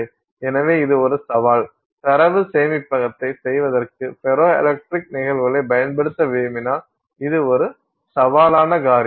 எனவே இது ஒரு சவால் தரவு சேமிப்பகத்தை செய்வதற்கு ஃபெரோ எலக்ட்ரிக் நிகழ்வுகளைப் பயன்படுத்த விரும்பினால் இது ஒரு சவாலான காரியம்